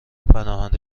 پناهنده